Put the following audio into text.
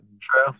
True